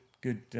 good